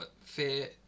fear